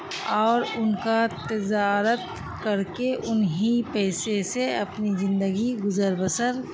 اور ان کا تجارت کر کے انہیں پیسے سے اپنی زندگی گزر بسر